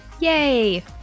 Yay